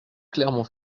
clermont